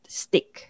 stick